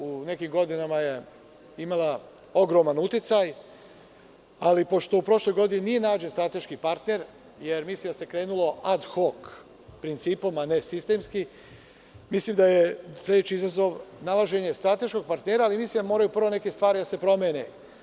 U nekim godinama je imala ogroman uticaj, ali pošto u prošloj godini nije nađen strateški partner, jer mislim da se krenulo ad hok principom, a ne sistemski, mislim da je sledeći izazov nalaženje strateškog partnera, ali mislim da moraju prvo neke stvari da se promene.